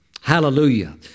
Hallelujah